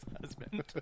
husband